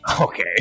Okay